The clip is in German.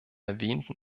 erwähnten